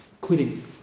quitting